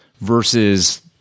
versus